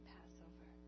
Passover